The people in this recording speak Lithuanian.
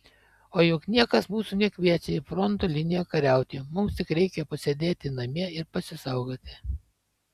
o juk niekas mūsų nekviečia į fronto liniją kariauti mums tik reikia pasėdėti namie ir pasisaugoti